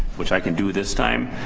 which i can do this time.